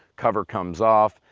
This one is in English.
cover comes off,